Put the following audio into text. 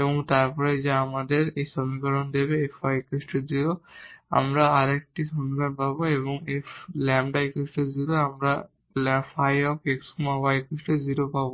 এবং তারপর যা আমাদের এই সমীকরণ দেবে Fy 0 আমরা আরেকটি সমীকরণ পাব এবং Fλ 0 আমরা ϕ x y 0 পাব